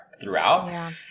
throughout